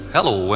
Hello